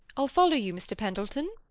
i'll follow you mr. pendleton.